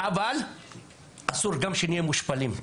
יחד עם זאת, אסור שנהיה מושפלים.